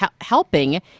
helping